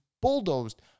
bulldozed